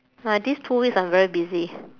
my these two weeks I'm very busy